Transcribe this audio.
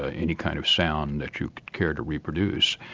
ah any kind of sound that you'd care to reproduce.